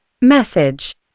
Message